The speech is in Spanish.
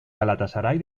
galatasaray